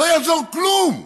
לא יעזור כלום.